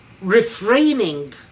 refraining